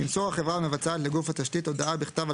תמסור החברה המבצעת לגוף התשתית הודעה בכתב על